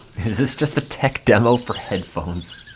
is this just a tech demo for headphones